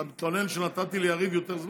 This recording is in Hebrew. הבא בתור.